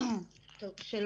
בבקשה.